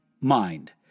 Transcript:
mind